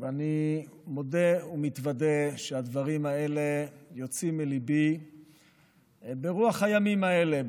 אני מודה ומתוודה שהדברים האלה יוצאים מליבי ברוח הימים האלה,